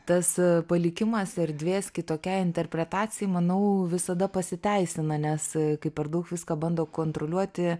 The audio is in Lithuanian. tas palikimas erdvės kitokiai interpretacijai manau visada pasiteisina nes kai per daug viską bando kontroliuoti